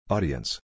Audience